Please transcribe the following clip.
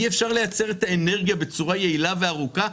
אי-אפשר לייצר את האנרגיה בצורה יעילה וארוכה,